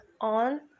on